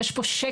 יש פה שקר,